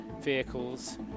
vehicles